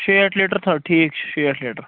شیٹھ لیٹر تھاو ٹھیٖک چھُ شیٹھ لیٹر